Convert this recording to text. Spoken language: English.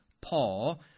Paul